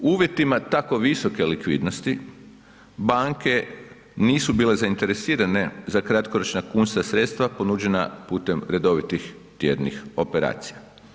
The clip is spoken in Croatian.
U uvjetima tako visoke likvidnosti banke nisu bile zainteresirane za kratkoročna kunska sredstva ponuđena putem redovitih tjednih operacija.